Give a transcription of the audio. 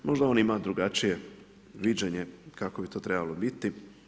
Možda on ima drugačije viđenje kako bi to trebalo biti.